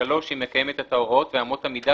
(3)היא מקיימת את ההוראות ואמות המידה